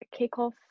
Kickoff